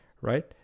right